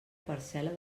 parcel·la